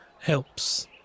Helps